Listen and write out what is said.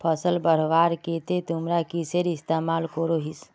फसल बढ़वार केते तुमरा किसेर इस्तेमाल करोहिस?